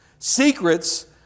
secrets